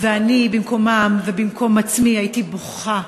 אני במקומם ובמקום עצמי הייתי בוכה,